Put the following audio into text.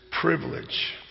privilege